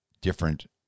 different